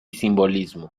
simbolismo